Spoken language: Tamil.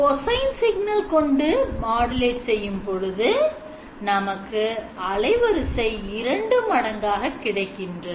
Cosine signal cos கொண்டு modulate செய்யும்பொழுது நமக்கு அலைவரிசை இரண்டு மடங்காக கிடைக்கின்றது